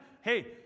hey